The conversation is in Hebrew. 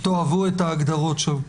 שתאהבו את ההגדרות שם.